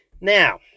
Now